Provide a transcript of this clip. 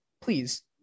please